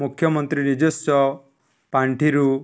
ମୁଖ୍ୟମନ୍ତ୍ରୀ ନିଜସ୍ୱ ପାଣ୍ଠିରୁ